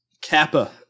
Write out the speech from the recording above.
Kappa